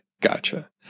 Gotcha